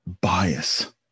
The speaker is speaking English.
bias